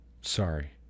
Sorry